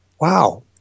wow